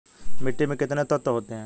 मिट्टी में कितने तत्व होते हैं?